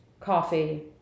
coffee